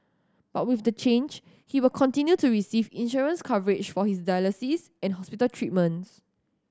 but with the change he will continue to receive insurance coverage for his dialysis and hospital treatments